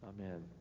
Amen